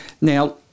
Now